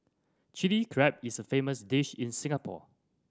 Chilli Crab is a famous dish in Singapore